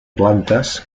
plantes